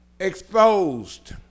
exposed